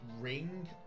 ring